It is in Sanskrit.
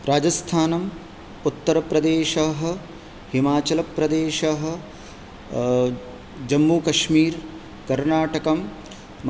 राजस्थानम् उत्तरप्रदेशः हिमाचलप्रदेशः जम्मूकश्मिरः कर्णाटकं म